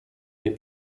nie